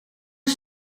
een